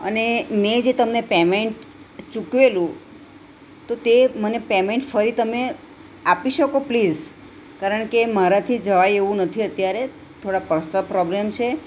અને મેં જે તમને પેમેન્ટ ચૂકવેલું તો તે મને પેમેન્ટ ફરી તમે આપી શકો પ્લીઝ કારણ કે મારાથી જવાય એવું નથી અત્યારે થોડા પર્સનલ પ્રોબલેમ છે